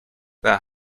their